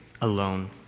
alone